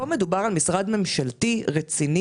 מדובר על משרד ממשלתי רציני,